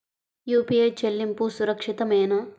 UPI చెల్లింపు సురక్షితమేనా?